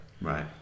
Right